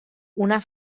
una